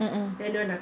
mm mm